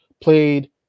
played